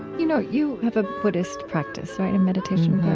you know, you have a buddhist practice, right? a meditation